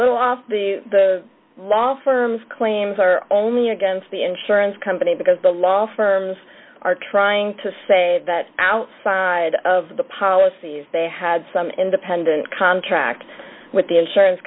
little off the the law firm's claims are only against the insurance company because the law firms are trying to say that outside of the policies they had some independent contract with the insurance